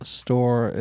store